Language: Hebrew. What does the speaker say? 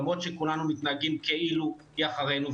למרות שכולנו מתנהגים כאילו היא אחרינו.